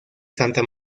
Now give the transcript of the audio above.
santa